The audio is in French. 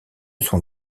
sont